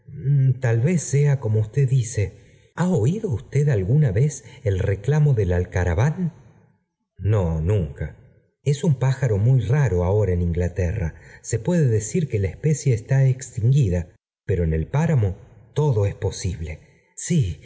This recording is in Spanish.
tal vez sea como usted dice ha m oído usted alguna vez el reclamo del alcaraván fe no nunca s es un pájaro muy raro ahora en inglaterra p e puede decir que la especie está extinguida pep ro en el páramo todo es posible sí